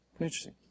interesting